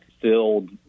filled